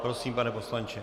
Prosím, pane poslanče.